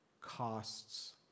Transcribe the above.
costs